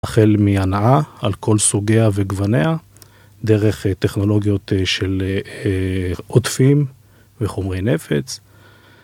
החל מהנעה על כל סוגיה וגווניה דרך טכנולוגיות של עוטפים וחומרי נפץ